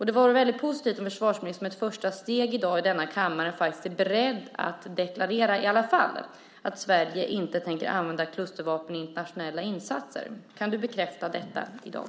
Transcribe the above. Det vore väldigt positivt om försvarsministern som ett första steg i dag i denna kammare faktiskt är beredd att deklarera i alla fall att Sverige inte tänker använda klustervapen i internationella insatser. Kan du bekräfta detta i dag?